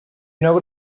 know